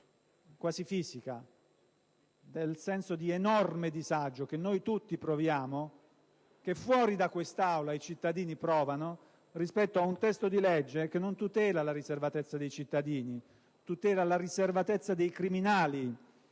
quasi fisica del senso di enorme disagio che noi tutti proviamo, che fuori da quest'Aula i cittadini provano rispetto ad un testo di legge che non tutela la riservatezza dei cittadini, ma la riservatezza dei criminali.